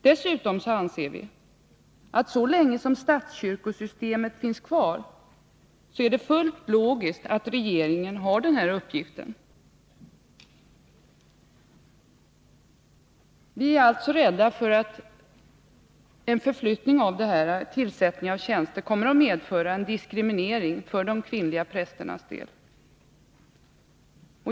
Dessutom anser vi, att så länge som statskyrkosystemet finns kvar är det fullt logiskt att regeringen har den här uppgiften. Vi är alltså rädda för att en förflyttning av tjänstetillsättningen kommer att medföra en diskriminering för de kvinnliga prästernas del.